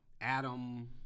Adam